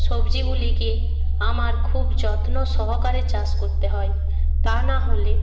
সবজিগুলিকে আমার খুব যত্ন সহকারে চাষ করতে হয় তা না হলে